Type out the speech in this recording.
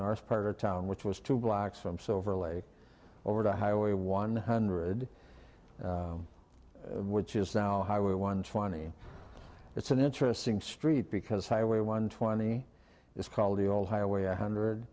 north part of town which was two blocks from silver lake over to highway one hundred which is now highway one funny it's an interesting street because highway one twenty is called the old highway one hundred